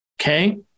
okay